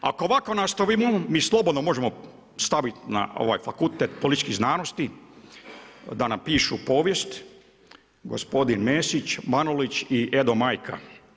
Ako, ovako nastavimo, mi slobodno možemo staviti na ovaj fakultet političkih znanosti, da napišu povijest gospodin Mesić, Manulić i Edo Majka.